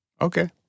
Okay